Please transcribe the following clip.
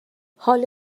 حال